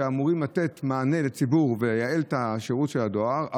שאמורים לתת מענה לציבור ולייעל את השירות של הדואר,